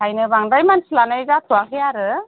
बेनिखायनो बांद्राय मानसि लानाय जाथ'वाखै आरो